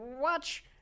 watch